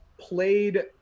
played